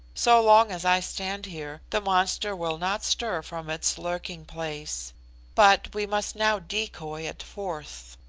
so long as i stand here, the monster will not stir from its lurking-place but we must now decoy it forth.